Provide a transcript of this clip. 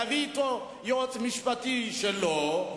יביא אתו יועץ משפטי שלו,